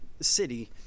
City